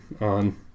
on